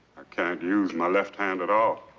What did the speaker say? can't use my left hand at all.